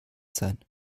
sein